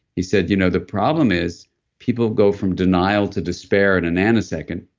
he said you know the problem is people go from denial to despair in a nanosecond.